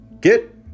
get